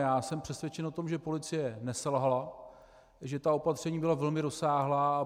Já jsem přesvědčen o tom, že policie neselhala, že ta opatření byla velmi rozsáhlá.